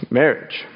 marriage